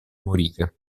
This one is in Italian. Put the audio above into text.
morire